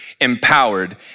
empowered